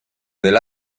del